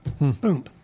Boom